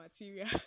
material